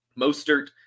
Mostert